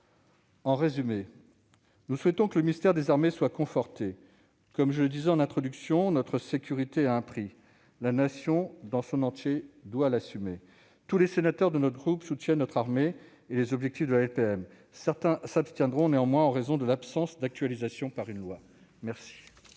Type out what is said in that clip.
En résumé, nous souhaitons que le ministère des armées soit conforté. Comme je le disais en introduction, notre sécurité a un prix ; la Nation, dans son entier, doit l'assumer. Tous les sénateurs de mon groupe soutiennent notre armée et les objectifs de la LPM. Néanmoins, certains s'abstiendront en raison de l'absence d'actualisation par une loi. La